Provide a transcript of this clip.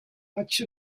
much